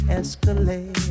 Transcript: escalate